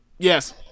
Yes